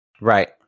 right